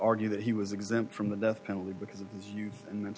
argue that he was exempt from the death penalty because of you and then